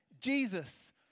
Jesus